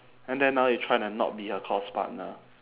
and then now you're trying to not be her course partner